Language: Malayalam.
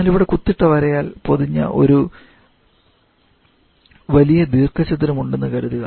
എന്നാൽ ഇവിടെ കുത്തിട്ട വരയാൽ പൊതിഞ്ഞ ഒരു വലിയ ദീർഘചതുരം ഉണ്ടെന്ന് കരുതുക